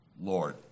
Lord